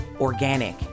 organic